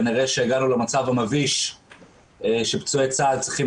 כנראה שהגענו למצב המביש שפצועי צה"ל צריכים